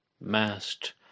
masked